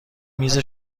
میز